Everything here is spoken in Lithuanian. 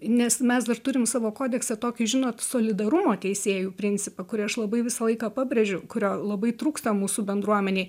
nes mes dar turim savo kodeksą tokį žinot solidarumo teisėjų principą kurį aš labai visą laiką pabrėžiu kurio labai trūksta mūsų bendruomenėj